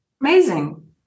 amazing